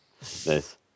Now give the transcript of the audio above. Nice